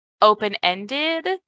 open-ended